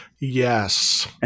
Yes